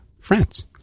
France